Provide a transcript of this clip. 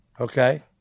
Okay